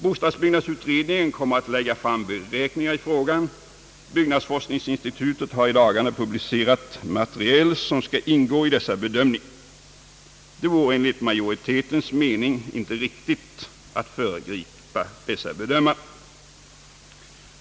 Bostadsbyggnadsutredningen kommer att lägga fram beräkningar i frågan och byggnadsforskningsinstitutet har i dagarna publicerat material som skall ingå i dessa bedömningar. Det vore enligt majoritetens mening inte riktigt att föregripa dessa bedömanden.